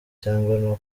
cyangwa